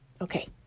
Okay